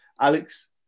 Alex